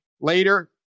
Later